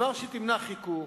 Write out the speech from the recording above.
זה ימנע חיכוך,